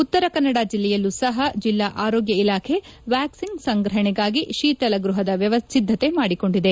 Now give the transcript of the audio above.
ಉತ್ತರ ಕನ್ನಡ ಜಿಲ್ಲೆಯಲ್ಲೂ ಸಹ ಜಿಲ್ಲಾ ಅರೋಗ್ಯ ಇಲಾಖೆ ವ್ಯಾಕ್ಸಿನ್ ಸಂಗ್ರಹಣೆಗಾಗಿ ಶೀತಲ ಗೃಹದ ಸಿದ್ದತೆ ಮಾಡಿಕೊಂಡಿದೆ